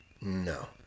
No